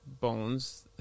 bones